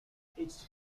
this